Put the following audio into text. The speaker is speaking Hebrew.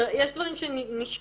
יש דברים שנשקול,